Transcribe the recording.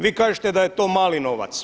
Vi kažete da je to mali novac.